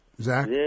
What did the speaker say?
Zach